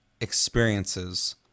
experiences